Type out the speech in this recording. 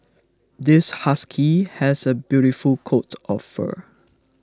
this husky has a beautiful coat of fur